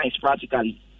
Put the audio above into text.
practically